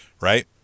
right